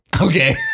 Okay